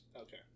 Okay